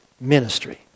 ministry